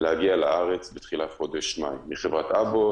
שיגיעו לארץ בתחילת חודש מאי מחברת אבוט